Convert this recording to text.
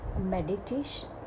meditation